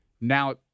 now